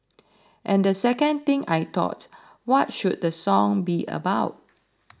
and the second thing I thought what should the song be about